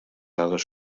ales